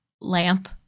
Lamp